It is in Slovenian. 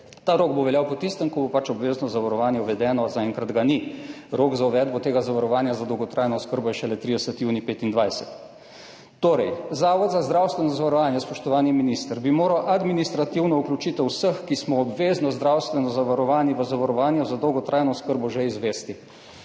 Ta rok bo veljal po tistem, ko bo pač obvezno zavarovanje uvedeno, zaenkrat ga ni. Rok za uvedbo tega zavarovanja za dolgotrajno oskrbo je šele 30. junij 2025. Zavod za zdravstveno zavarovanje, spoštovani minister, bi moral administrativno vključitev vseh, ki smo obvezno zdravstveno zavarovani v zavarovanju za dolgotrajno oskrbo, že izvesti.